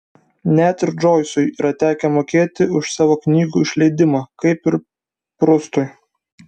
net ir džoisui yra tekę mokėti už savo knygų išleidimą kaip ir prustui